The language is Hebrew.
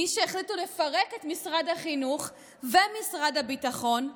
מי שהחליטו לפרק את משרד החינוך ואת משרד הביטחון,